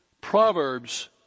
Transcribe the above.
Proverbs